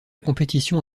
compétition